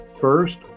First